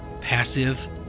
passive